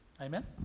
Amen